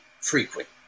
frequent